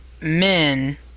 men